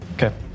Okay